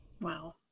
Wow